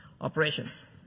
Operations